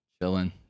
Chilling